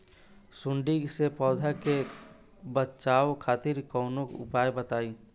सुंडी से पौधा के बचावल खातिर कौन उपाय होला?